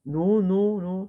no no no